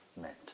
meant